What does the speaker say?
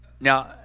Now